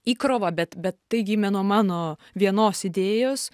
įkrova bet bet tai gimė nuo mano vienos idėjos